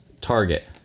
target